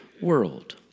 world